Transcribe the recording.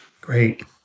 Great